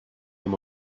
him